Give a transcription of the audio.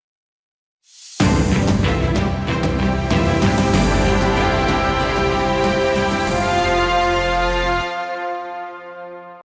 Дякую.